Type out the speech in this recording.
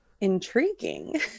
intriguing